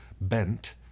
bent